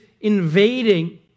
invading